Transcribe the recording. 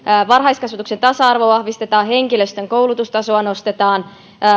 varhaiskasvatuksen tasa arvoa vahvistetaan henkilöstön koulutustasoa nostetaan